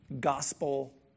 gospel